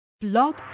Blog